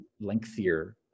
lengthier